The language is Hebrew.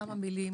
כמה מילים.